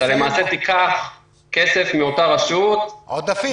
אתה למעשה תיקח כסף מאותה רשות -- עודפים,